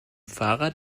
fahrrad